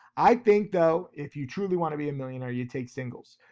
i think though, if you truly want to be a millionaire, you take singles,